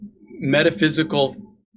metaphysical